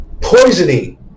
poisoning